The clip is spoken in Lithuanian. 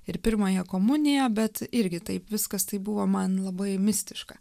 ir pirmąją komuniją bet irgi taip viskas taip buvo man labai mistiška